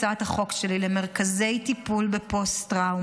החוק שלי על מרכזי טיפול בפוסט-טראומה,